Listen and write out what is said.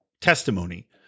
testimony